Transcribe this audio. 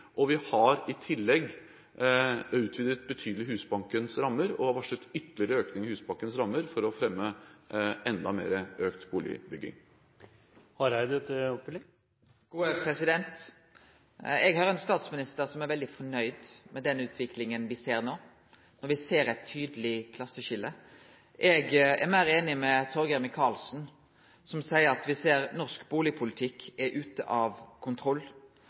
og vi har i tillegg utvidet Husbankens rammer betydelig og har varslet ytterligere økning i Husbankens rammer for å fremme enda mer økt boligbygging. Eg høyrer ein statsminister som er veldig fornøgd med den utviklinga me ser no, der me ser eit tydeleg klasseskilje. Eg er meir einig med Torgeir Micaelsen, som seier at «norsk boligpolitikk er ute av kontroll».